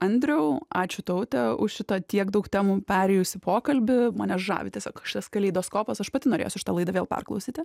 andriau ačiū taute už šitą tiek daug temų perėjusį pokalbį mane žavi ties iog šitas kaleidoskopas aš pati norėsiu šitą laidą vėl perklausyti